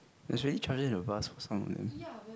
there's already chargers in the bus for some of them